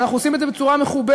ואנחנו עושים את זה בצורה מכובדת,